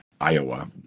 Iowa